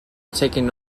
taken